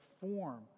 form